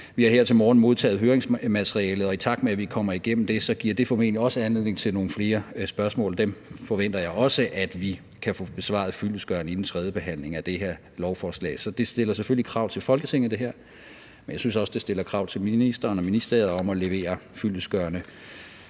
Vi har her til morgen modtaget høringsmaterialet, og i takt med at vi kommer igennem det, giver det formentlig også anledning til nogle flere spørgsmål. Dem forventer jeg også at vi kan få besvaret fyldestgørende inden tredjebehandling af det her lovforslag. Så det her stiller selvfølgelig krav til Folketinget, men jeg synes også, at det stiller krav til ministeren og ministeriet om at levere fyldestgørende